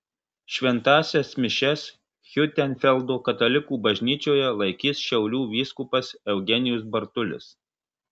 šventąsias mišias hiutenfeldo katalikų bažnyčioje laikys šiaulių vyskupas eugenijus bartulis